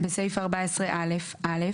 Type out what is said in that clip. בסעיף 14א - (א)